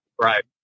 right